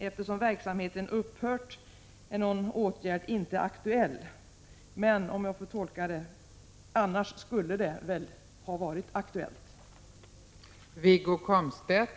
Eftersom verksamheten upphört är någon åtgärd inte aktuell, men — om jag får tolka detta — annars skulle det väl ha varit aktuellt?